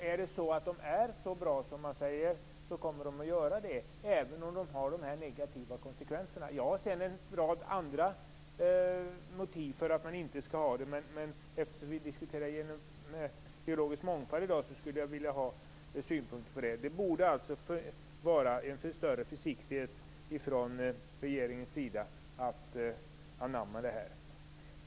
Om de är så bra som man säger, kommer de att användas även om de har negativa konsekvenser? Jag har en rad andra motiv för att de inte skall användas, men eftersom vi diskuterar biologisk mångfald i dag skulle jag vilja ha synpunkter på det. Regeringen borde alltså visa större försiktighet med att anamma det här.